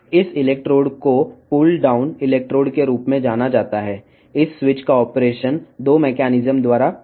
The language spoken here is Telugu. ఈ ఎలక్ట్రోడ్ను పుల్ డౌన్ ఎలక్ట్రోడ్ అంటారు ఈ స్విచ్ యొక్క ఆపరేషన్ 2 మెకానిజం ద్వారా ఇవ్వబడుతుంది